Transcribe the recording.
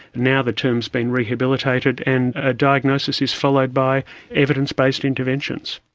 now the term has been rehabilitated and a diagnosis is followed by evidence-based interventions.